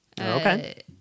Okay